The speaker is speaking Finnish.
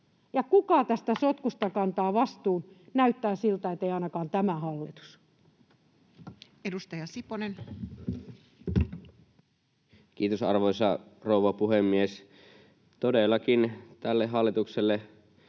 kantaa vastuun? Näyttää siltä, että ei ainakaan tämä hallitus. Edustaja Siponen. Kiitos, arvoisa rouva puhemies! Todellakin tälle hallitukselle